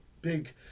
big